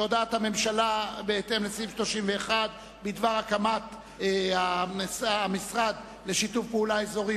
הודעת הממשלה על הקמת המשרד לשיתוף פעולה אזורי